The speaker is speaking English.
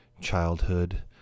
childhood